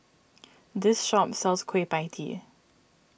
this shop sells Kueh Pie Tee